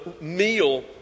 meal